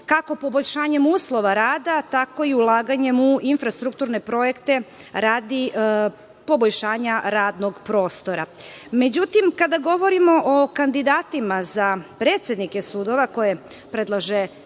kako poboljšanjem uslova rada, tako i ulaganjem u infrastrukturne projekte radi poboljšanja radnog prostora.Međutim, kada govorimo o kandidatima za predsednike sudova koje predlaže